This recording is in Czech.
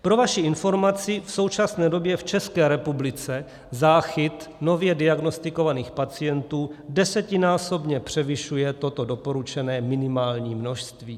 Pro vaši informaci, v současné době v České republice záchyt nově diagnostikovaných pacientů desetinásobně převyšuje toto doporučené minimální množství.